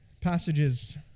Passages